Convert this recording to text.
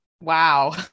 Wow